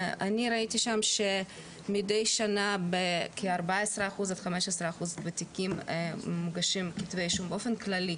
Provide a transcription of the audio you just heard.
ראיתי שם שמדי שנה בכ-14%-15% מהתיקים מוגשים כתבי אישום באופן כללי.